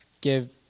give